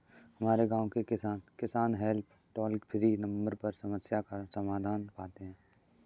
हमारे गांव के किसान, किसान हेल्प टोल फ्री नंबर पर समस्या का समाधान पाते हैं